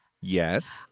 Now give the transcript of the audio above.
Yes